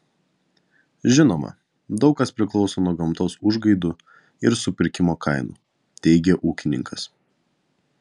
žinoma daug kas priklauso nuo gamtos užgaidų ir supirkimo kainų teigė ūkininkas